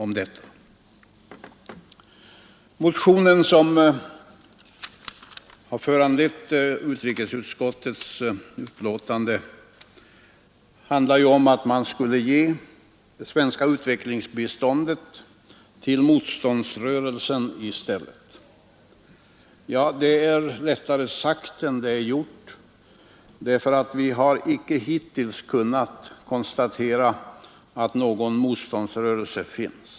I den motion som föranlett utrikesutskottets betänkande hemställs att man skulle ge det svenska utvecklingsbiståndet till motståndsrörelsen i stället. Det är lättare sagt än gjort. Vi har hittills icke kunnat konstatera att det finns någon motståndsrörelse.